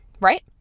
Right